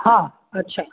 हाँ अच्छा